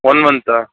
one మంతా